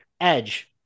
Edge